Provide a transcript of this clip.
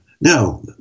now